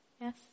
Yes